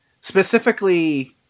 specifically –